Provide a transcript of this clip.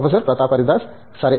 professor Pratap Haridas సరే